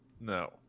no